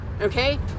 okay